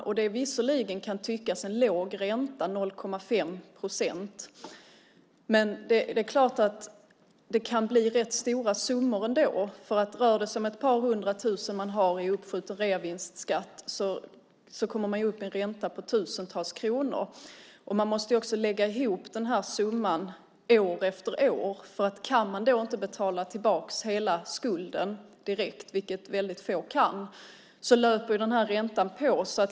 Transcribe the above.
Det kan visserligen tyckas att 0,5 procent är en låg ränta. Men det kan bli rätt stora summor ändå. Om ett rör sig om ett par hundratusen kronor som man har i uppskjuten reavinstskatt kommer man upp i en ränta på tusentals kronor. Man måste också lägga ihop summan år efter år. Om man inte kan betala tillbaka hela skulden direkt, vilket väldigt få kan, löper räntan på.